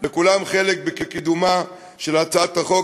לכולם חלק בקידומה של הצעת החוק,